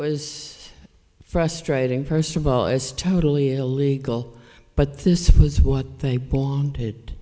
was frustrating first of all it's totally illegal but this was what they wanted